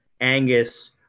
Angus